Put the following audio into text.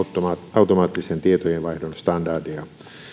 automaattisen tietojenvaihdon standardia